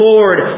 Lord